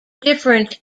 different